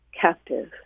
captive